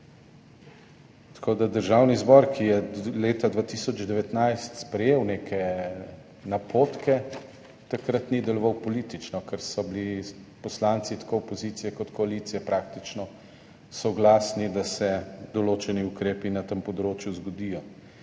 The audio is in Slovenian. objekta. Državni zbor, ki je leta 2019 sprejel neke napotke, takrat ni deloval politično, ker so bili poslanci tako opozicije kot koalicije praktično soglasni, da se določeni ukrepi na tem področju zgodijo.